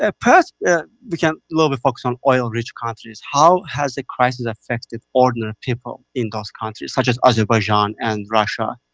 ah perhaps we can little bit focus on oil-rich countries. how has the crisis affected ordinary people in those countries, such as azerbaijan and russia?